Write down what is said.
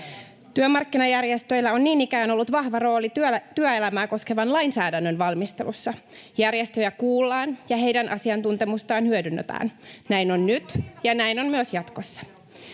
Työmarkkinajärjestöillä on niin ikään ollut vahva rooli työelämää koskevan lainsäädännön valmistelussa. Järjestöjä kuullaan ja heidän asiantuntemustaan hyödynnetään. Näin on nyt, ja näin on myös jatkossa.